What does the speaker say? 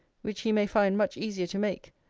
which he may find much easier to make,